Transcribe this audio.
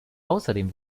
außerdem